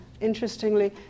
interestingly